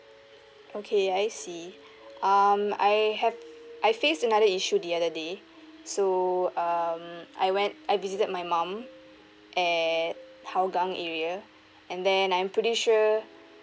okay I see um I have I faced another issue the other day so um I went I visited my mum at hougang area and then I'm pretty sure